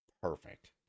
perfect